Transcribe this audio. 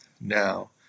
now